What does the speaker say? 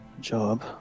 job